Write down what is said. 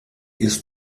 ist